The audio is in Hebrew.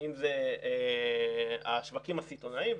ואם אלה השווקים הסיטונאיים,